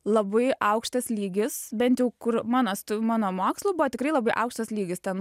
labai aukštas lygis bent jau kur mano stu mano mokslų buvo tikrai labai aukštas lygis ten